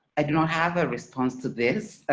i do not have a response to this.